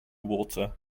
water